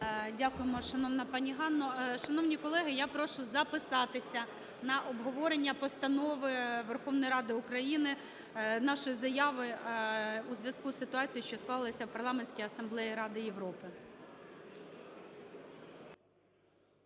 Дякуємо, шановна пані Ганно. Шановні колеги, я прошу записатися на обговорення Постанови Верховної Ради України, нашої заяви у зв'язку із ситуацією, що склалася в Парламентській Асамблеї Ради Європи.